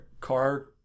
car